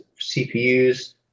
CPUs